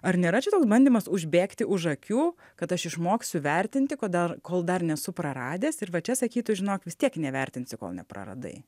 ar nėra čia toks bandymas užbėgti už akių kad aš išmoksiu vertinti ko dar kol dar nesu praradęs ir va čia sakytų žinok vis tiek nevertinsi kol nepraradai